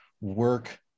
work